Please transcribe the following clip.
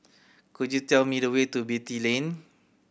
could you tell me the way to Beatty Lane